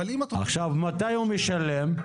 מתי הוא משלם?